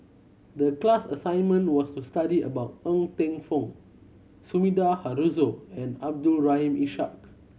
the class assignment was to study about Ng Teng Fong Sumida Haruzo and Abdul Rahim Ishak